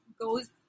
goes